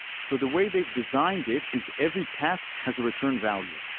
so the way they've designed it is every task has a return value.